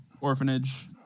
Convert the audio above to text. orphanage